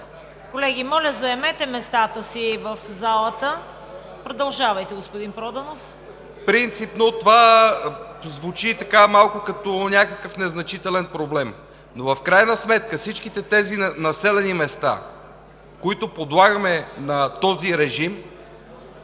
Колеги, моля заемете местата си в залата! Продължавайте, господин Проданов. ХРИСТО ПРОДАНОВ: Принципно това звучи малко като някакъв незначителен проблем, но в крайна сметка всичките населени места, които подлагаме на този режим,